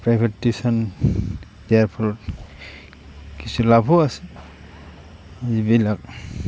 private tuition দিয়াৰ ফলত কিছু লাভো আছে যিবিলাক